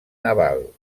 naval